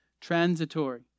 Transitory